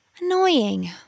Annoying